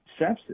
Sepsis